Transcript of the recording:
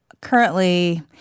currently